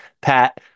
Pat